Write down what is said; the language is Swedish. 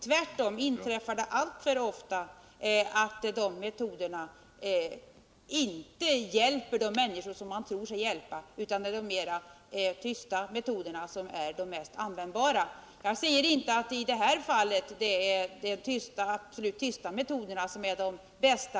Tvärtom inträffar det alltför ofta att de metoderna inte hjälper de människor man tror sig hjälpa, utan det är de tystaste metoderna som är de mest användbara. Jag säger inte att det i det här fallet är de tysta metoderna som är de bästa.